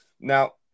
Now